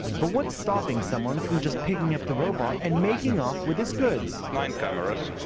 but what's stopping someone from just picking up the robot and making off with its goods? nine cameras.